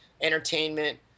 entertainment